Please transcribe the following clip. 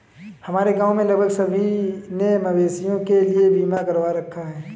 हमारे गांव में लगभग सभी ने मवेशियों के लिए बीमा करवा रखा है